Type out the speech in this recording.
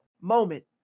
moment